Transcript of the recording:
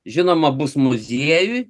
žinoma bus muziejuj